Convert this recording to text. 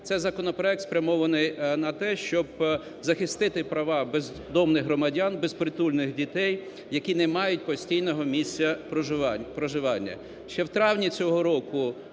Це законопроект, спрямований на те, щоб захистити права бездомних громадян, безпритульних дітей, які не мають постійного місця проживання.